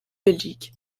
belgique